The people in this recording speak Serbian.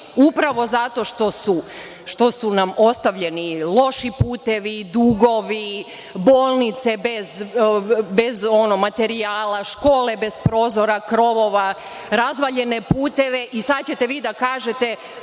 upravo zato što su nam ostavljeni loši putevi, dugovi, bolnice bez materijala, škole bez prozora, krovova, razvaljene puteve i sad ćete vi da kažete…